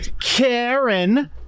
Karen